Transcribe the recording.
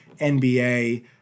NBA